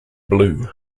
blue